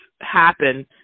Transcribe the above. happen